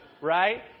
right